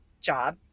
job